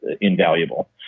invaluable